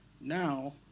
Now